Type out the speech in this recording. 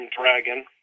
dragon